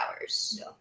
hours